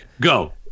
Go